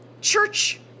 church